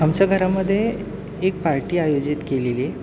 आमच्या घरामध्ये एक पार्टी आयोजित केलेली आहे